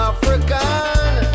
African